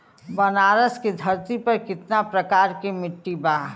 बनारस की धरती पर कितना प्रकार के मिट्टी बा?